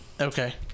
Okay